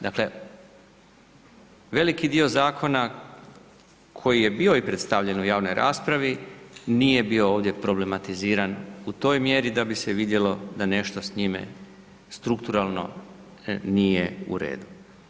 Dakle, veliki dio zakona koji je bio i predstavljen u javnoj raspravi, nije bio ovdje problematiziran u toj mjeri da bi se vidjelo da nešto s njime strukturalno nije u redu.